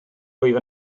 rwyf